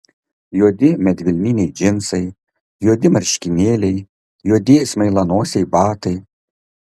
juodi medvilniniai džinsai juodi marškinėliai juodi smailianosiai batai